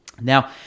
Now